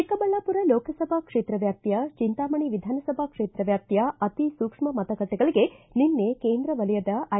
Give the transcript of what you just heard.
ಚಿಕ್ಕಬಳ್ಳಾಪುರ ಲೋಕಸಭಾ ಕ್ಷೇತ್ರ ವ್ಯಾಪ್ತಿಯ ಚಿಂತಾಮಣಿ ವಿಧಾನಸಭಾ ಕ್ಷೇತ್ರ ವ್ಯಾಪ್ತಿಯ ಅತಿ ಸೂಕ್ಷ್ಮ ಮತಗಟ್ಟಿಗಳಿಗೆ ನಿನ್ನೆ ಕೇಂದ್ರ ವಲಯದ ಐ